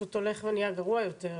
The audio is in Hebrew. פשוט הולך ונהיה גרוע יותר,